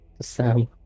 Sam